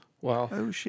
Wow